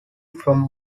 from